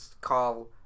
call